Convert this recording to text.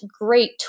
great